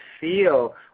feel